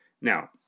Now